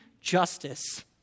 justice